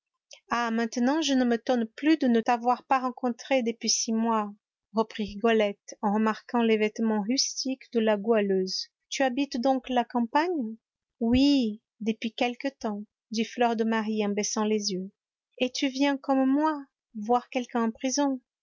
ah maintenant je ne m'étonne plus de ne t'avoir pas rencontrée depuis six mois reprit rigolette en remarquant les vêtements rustiques de la goualeuse tu habites donc la campagne oui depuis quelque temps dit fleur de marie en baissant les yeux et tu viens comme moi voir quelqu'un en prison